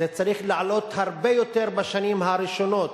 שזה צריך לעלות הרבה יותר בשנים הראשונות,